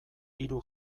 hiru